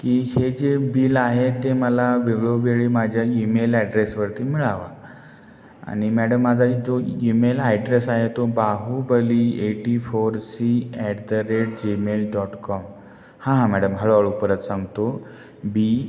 की हे जे बिल आहे ते मला वेळोवेळी माझ्या ईमेल ॲड्रेसवरती मिळावा आणि मॅडम माझा जो ईमेल ॲड्रेस आहे तो Bahubali eighty four C at the rate Gmail dot com हां हां मॅडम हळूहळू परत सांगतो बी